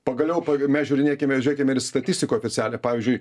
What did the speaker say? pagaliau mes žiūrinėkime žiūrėkime ir statistikų oficialią pavyzdžiui